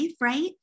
right